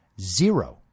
zero